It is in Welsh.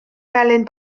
melyn